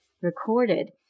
recorded